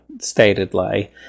statedly